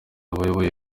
abahowe